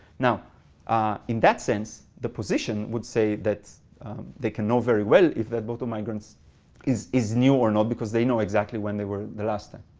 now in that sense, the position would say that they can know very well if that boat of migrants is is new or not, because they know exactly when they were the last time.